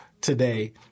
today